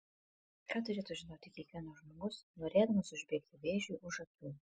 ką turėtų žinoti kiekvienas žmogus norėdamas užbėgti vėžiui už akių